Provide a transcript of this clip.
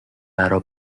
برا